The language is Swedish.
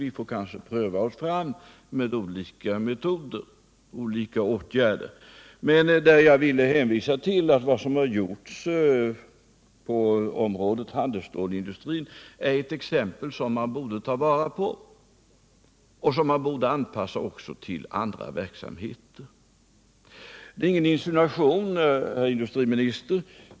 Vi får kanske pröva oss fram med olika metoder och åtgärder. Men jag vill hänvisa till vad som har gjorts på andra områden. Handelsstålsindustrin är ett exempel som man borde ta vara på och som man också borde anpassa till andra verksamheter. Det är ingen insinuation, herr industriminister.